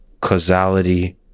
causality